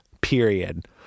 period